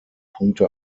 punkte